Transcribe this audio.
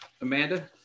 Amanda